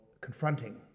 confronting